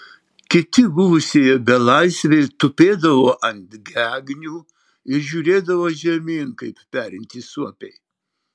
kiti buvusieji belaisviai tupėdavo ant gegnių ir žiūrėdavo žemyn kaip perintys suopiai